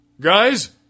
Guys